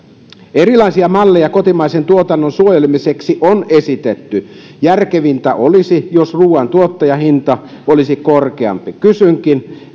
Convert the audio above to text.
erilaisia malleja kotimaisen tuotannon suojelemiseksi on esitetty järkevintä olisi jos ruuan tuottajahinta olisi korkeampi kysynkin